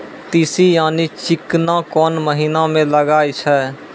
तीसी यानि चिकना कोन महिना म लगाय छै?